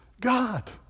God